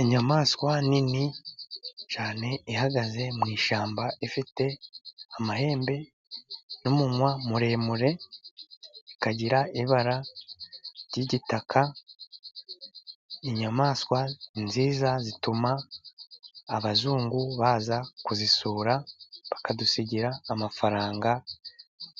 Inyamaswa nini cyane ihagaze mu ishyamba. Ifite amahembe n'umunwa muremure, ikagira ibara ry'igitaka. Inyamaswa nziza zituma abazungu baza kuzisura bakadusigira amafaranga